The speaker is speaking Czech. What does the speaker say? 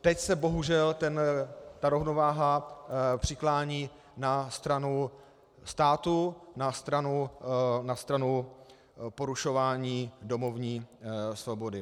Teď se bohužel ta rovnováha přiklání na stranu státu, na stranu porušování domovní svobody.